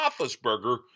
Roethlisberger